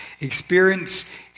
Experience